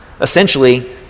Essentially